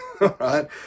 right